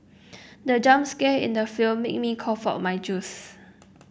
the jump scare in the film made me cough out my juice